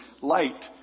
Light